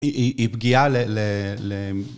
היא פגיעה ל...